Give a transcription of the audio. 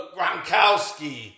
Gronkowski